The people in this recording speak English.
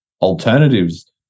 alternatives